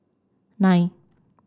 nine